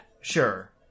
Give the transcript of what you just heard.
sure